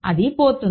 అది పోతుంది